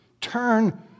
turn